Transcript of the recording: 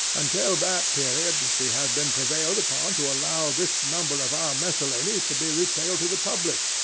until that period we have been prevailed upon to allow this number of our miscellany to be retailed to the public,